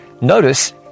Notice